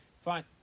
Fine